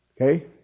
Okay